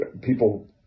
people